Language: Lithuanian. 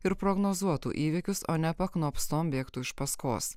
ir prognozuotų įvykius o ne paknopstom bėgtų iš paskos